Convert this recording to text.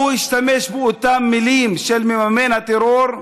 הוא השתמש באותן מילים, "מממן הטרור",